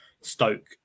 Stoke